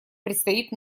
предстоит